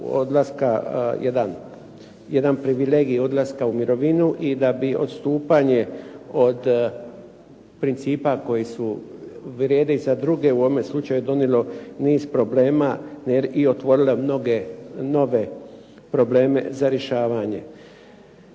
jedan privilegij odlaska u mirovinu i da bi odstupanje od principa koji vrijede za druge u ovome slučaju donijelo niz problema i otvorilo mnoge nove probleme za rješavanje.